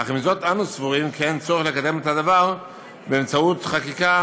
אך עם זאת אנו סבורים כי אין צורך לקדם את הדבר באמצעות חקיקה,